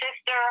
sister